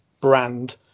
brand